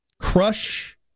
Crush